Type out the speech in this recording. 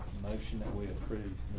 promotion that we approve.